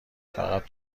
فقط